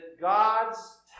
God's